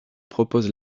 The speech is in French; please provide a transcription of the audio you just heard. propose